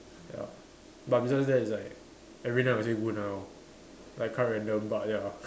ya but besides that it's like every night I will say good night lor like quite random but ya